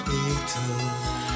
Beatles